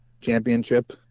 championship